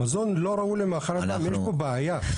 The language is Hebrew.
מזון לא ראוי למאכל אדם, יש פה בעיה.